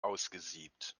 ausgesiebt